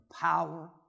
power